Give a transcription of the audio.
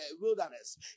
wilderness